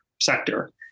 sector